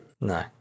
No